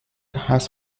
has